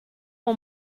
all